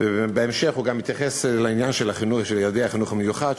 ובהמשך הוא גם התייחס לעניין של ילדי החינוך המיוחד,